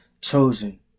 Chosen